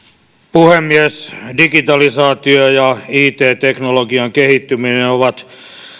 puhemies digitalisaatio ja it teknologian kehittyminen ovat